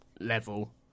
level